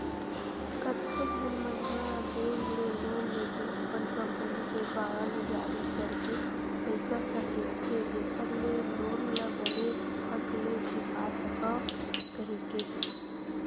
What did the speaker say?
कतको झन मन ह बेंक ले लोन लेके अपन कंपनी के बांड जारी करके पइसा सकेलथे जेखर ले लोन ल बने फट ले चुका सकव कहिके